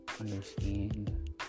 understand